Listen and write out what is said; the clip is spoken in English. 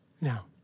now